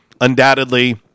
undoubtedly –